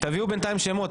בינתיים תביאו שמות,